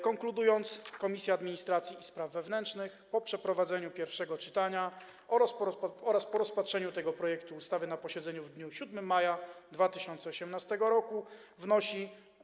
Konkludując, Komisja Administracji i Spraw Wewnętrznych po przeprowadzeniu pierwszego czytania oraz rozpatrzeniu tego projektu ustawy na posiedzeniu w dniu 7 maja 2018 r. wnosi: